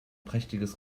prächtiges